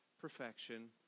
perfection